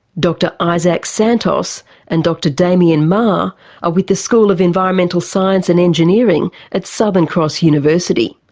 dr isaac santos and dr damien maher are with the school of environment, science and engineering at southern cross university.